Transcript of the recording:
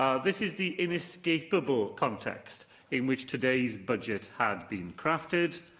um this is the inescapable context in which today's budget has been crafted,